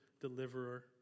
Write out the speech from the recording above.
deliverer